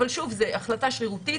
אבל שוב זו החלטה שרירותית.